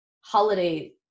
holiday